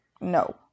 No